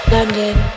London